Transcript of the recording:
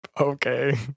okay